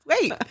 wait